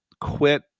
quit